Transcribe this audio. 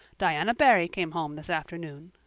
diana barry came home this afternoon.